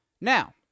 Now